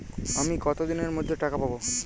আমি কতদিনের মধ্যে টাকা পাবো?